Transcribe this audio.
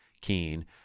keen